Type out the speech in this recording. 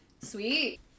Sweet